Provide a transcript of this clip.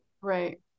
right